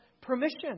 permission